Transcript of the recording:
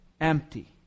empty